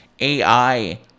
ai